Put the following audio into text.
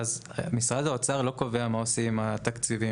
משרד האוצר לא קובע מה עושים עם התקציבים.